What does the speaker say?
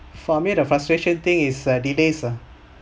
for me the frustration thing is uh delays ah